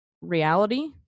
reality